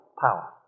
power